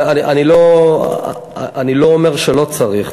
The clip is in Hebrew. אני לא אומר שלא צריך,